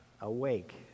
awake